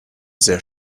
sehr